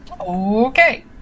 Okay